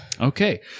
Okay